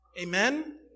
Amen